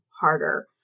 harder